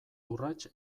urrats